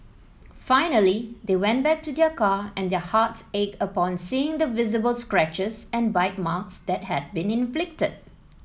finally they went back to their car and their hearts ached upon seeing the visible scratches and bite marks that had been inflicted